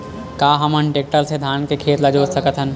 का हमन टेक्टर से धान के खेत ल जोत सकथन?